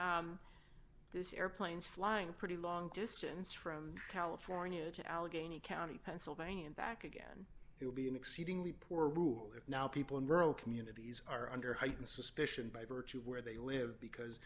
say this airplanes flying pretty long distance from california to allegheny county pennsylvania and back again it would be an exceedingly poor rule if now people in rural communities are under heightened suspicion by virtue of where they live because